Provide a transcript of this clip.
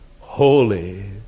holy